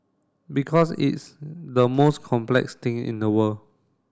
because it's the most complex thing in the world